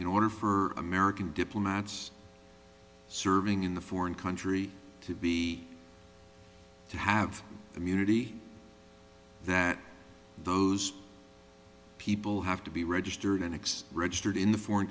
in order for american diplomats serving in the foreign country to be to have immunity that those people have to be registered and x registered in the foreign